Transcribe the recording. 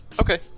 Okay